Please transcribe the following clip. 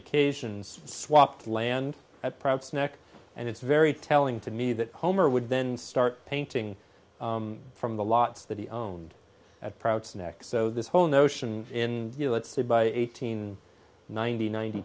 occasions swapped land at perhaps neck and it's very telling to me that homer would then start painting from the lots that he owned at proud sneck so this whole notion in let's say by eighteen ninety ninety